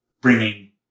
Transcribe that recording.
bringing